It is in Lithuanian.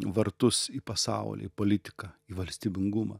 vartus į pasaulį į politiką į valstybingumą